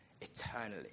eternally